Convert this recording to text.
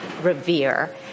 revere